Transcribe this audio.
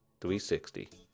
360